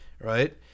Right